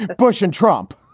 bush and trump.